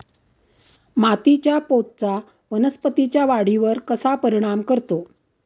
मातीच्या पोतचा वनस्पतींच्या वाढीवर कसा परिणाम करतो?